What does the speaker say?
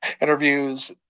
interviews